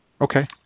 Okay